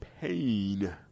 pain